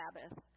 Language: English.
Sabbath